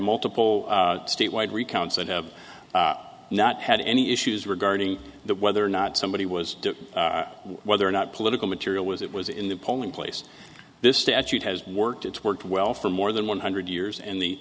multiple statewide recounts that have not had any issues regarding the whether or not somebody was whether or not political material was it was in the polling place this statute has worked it's worked well for more than one hundred years and the